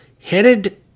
Headed